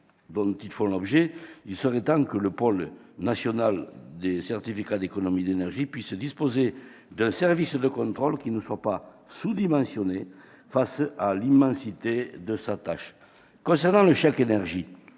dont ils font l'objet, il serait temps que le Pôle national des certificats d'économies d'énergie puisse disposer d'un service de contrôle qui ne soit pas sous-dimensionné face à l'immensité de sa tâche. Concernant le chèque énergie,